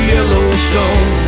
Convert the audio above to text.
Yellowstone